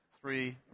three